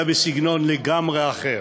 היה בסגנון לגמרי אחר.